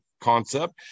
concept